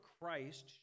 Christ